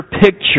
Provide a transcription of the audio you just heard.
picture